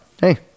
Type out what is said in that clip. hey